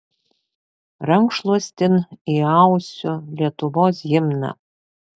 rankšluostin įausiu lietuvos himną